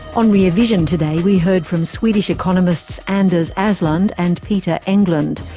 on rear vision today we heard from swedish economists anders aslund and peter englund,